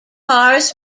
cars